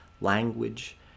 language